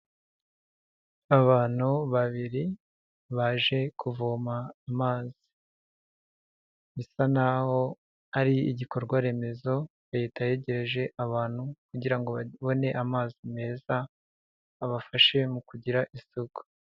Abantu babiri baje kuvoma amazi, bisa n'aho ari igikorwa remezo Leta yegereje abantu kugira ngo babone amazi meza, abafashe mu kugira isuku.